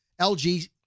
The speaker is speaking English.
LG